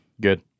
Good